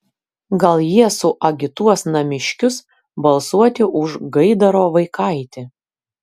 gal jie suagituos namiškius balsuoti už gaidaro vaikaitį